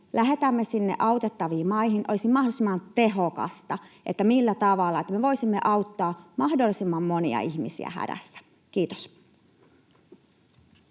lähetämme sinne autettaviin maihin, olisi mahdollisimman tehokasta, niin että voisimme auttaa mahdollisimman monia ihmisiä hädässä. — Kiitos.